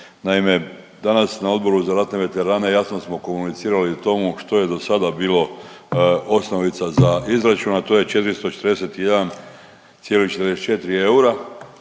Naime, danas na Odboru za ratne veterane jasno smo komunicirali o tomu što je do sada bilo osnovica za izračun, a to je 441,44 eura.